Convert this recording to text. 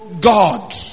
God